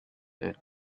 and